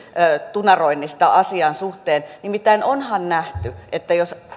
tunaroinnista asian suhteen nimittäin onhan nähty että jos